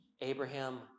Abraham